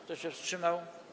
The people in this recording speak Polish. Kto się wstrzymał?